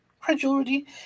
credulity